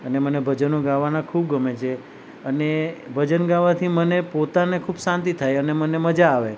અને મને ભજનો ગાવાના ખૂબ ગમે છે અને ભજન ગાવાથી મને પોતાને ખૂબ શાંતિ થાય અને મને મજા આવે